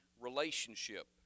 relationship